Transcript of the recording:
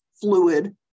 fluid